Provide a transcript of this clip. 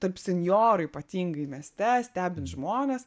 tarp senjorų ypatingai mieste stebint žmones